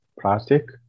plastic